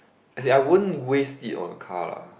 as in I won't waste it on a car lah